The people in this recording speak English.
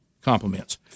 compliments